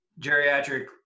geriatric